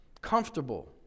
comfortable